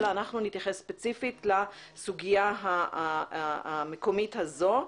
אלא אנחנו נתייחס ספציפית לסוגיה המקומית הזו.